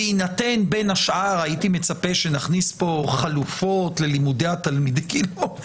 הייתי מצפה בין השאר שנכניס פה חלופות ללימודי התלמידים.